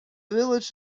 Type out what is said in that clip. village